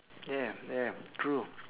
yeah yeah true